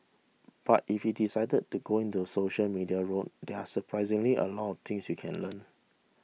but if you decided to go the social media route there are surprisingly a lot of things you can learn